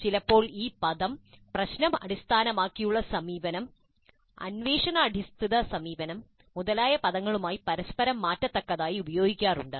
ചിലപ്പോൾ ഈ പദം പ്രശ്നം അടിസ്ഥാനമാക്കിയുള്ള സമീപനം അന്വേഷണ അധിഷ്ഠിത സമീപനം മുതലായ പദങ്ങളുമായി പരസ്പരം മാറ്റത്തക്കതായി ഉപയോഗിക്കാറുണ്ട്